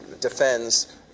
defends